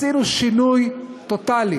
עשינו שינוי טוטלי: